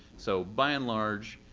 so by and large,